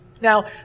Now